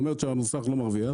זאת אומרת שהמוסך לא מרוויח,